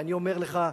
ואני אומר לך,